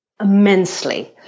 immensely